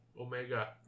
Omega